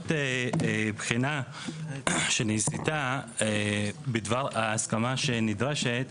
בעקבות בחינה שנעשתה, בדבר ההסכמה שנדרשת,